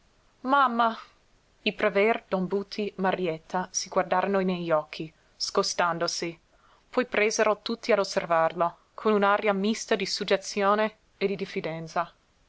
mamma i prever don buti marietta si guardarono negli occhi scostandosi poi presero tutti a osservarlo con un'aria mista di suggezione e di diffidenza